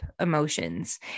emotions